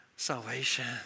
Salvation